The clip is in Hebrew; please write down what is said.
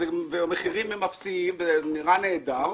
והמחירים הם אפסיים וזה נראה נהדר,